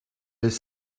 les